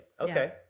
Okay